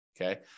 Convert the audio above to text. Okay